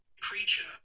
creature